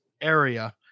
area